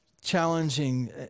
challenging